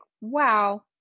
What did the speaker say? wow